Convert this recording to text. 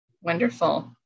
Wonderful